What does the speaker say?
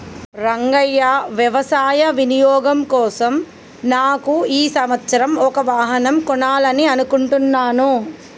రంగయ్య వ్యవసాయ వినియోగం కోసం నాకు ఈ సంవత్సరం ఒక వాహనం కొనాలని అనుకుంటున్నాను